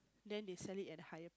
then they sell it at a higher price